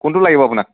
কোনটো লাগিব আপোনাক